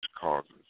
causes